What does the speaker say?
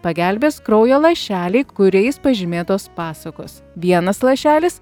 pagelbės kraujo lašeliai kuriais pažymėtos pasakos vienas lašelis